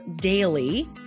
daily